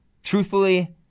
Truthfully